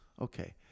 Okay